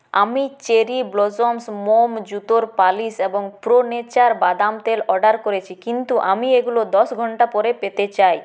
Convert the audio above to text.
আমি Cherry Blossom মোম জুতোর পালিশ এবং প্রো নেচার বাদাম তেল অর্ডার করেছি কিন্তু আমি এগুলো দশ ঘণ্টা পরে পেতে চাই